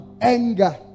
Anger